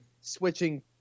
switching